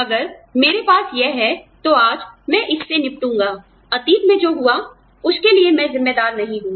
अगर मेरे पास यह है तो आज मैं इससे निपटूंगाअतीत में जो हुआ उसके लिए मैं जिम्मेदार नहीं हूँ